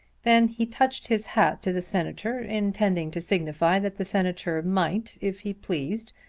then he touched his hat to the senator intending to signify that the senator might, if he pleased,